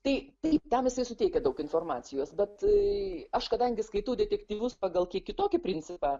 tai taip tam jisai suteikia daug informacijos bet tai aš kadangi skaitau detektyvus pagal kiek kitokį principą